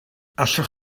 allwch